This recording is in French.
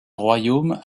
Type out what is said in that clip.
royaume